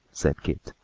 said keith.